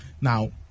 Now